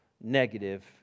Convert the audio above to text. negative